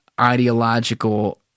ideological –